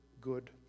good